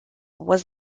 was